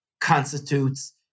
constitutes